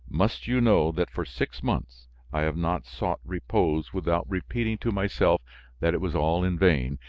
must you know that for six months i have not sought repose without repeating to myself that it was all in vain,